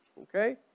okay